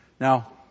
Now